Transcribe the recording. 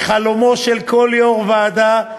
היא חלומו של כל יושב-ראש ועדה,